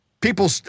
people –